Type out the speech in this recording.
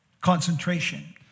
Concentration